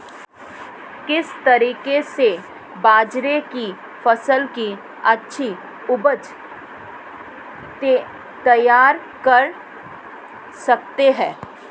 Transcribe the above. किस तरीके से बाजरे की फसल की अच्छी उपज तैयार कर सकते हैं?